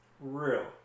real